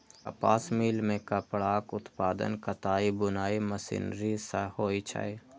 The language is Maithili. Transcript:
कपास मिल मे कपड़ाक उत्पादन कताइ बुनाइ मशीनरी सं होइ छै